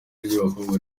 ry’abakobwa